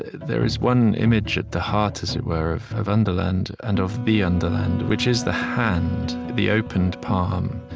there is one image at the heart, as it were, of of underland and of the underland, which is the hand, the opened palm,